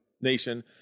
nation